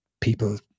people